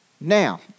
Now